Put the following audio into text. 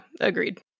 agreed